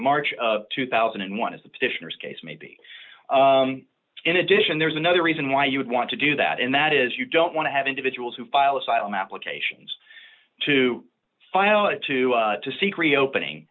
march of two thousand and one is the petitioners case maybe in addition there's another reason why you would want to do that and that is you don't want to have individuals who file asylum applications to file it to to seek reopening